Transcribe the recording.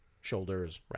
Shoulders